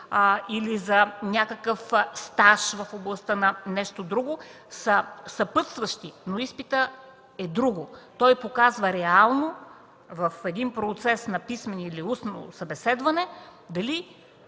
или за някакъв стаж в областта на нещо друго, са съпътстващи, но изпитът е друго. Той показва реално в един процес на писмено или устно събеседване дали